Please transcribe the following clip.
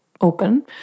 open